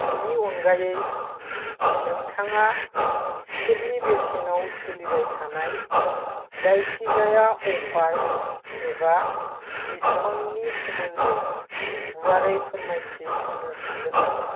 बिनि अनगायै नोंथाङा टिकेटनि बेसेनाव सोलिबाय थानाय जायखिजाया अफार एबा डिसकाउन्टनि सोमोन्दै गुवारै फोरमायथि होनो हागोन नामा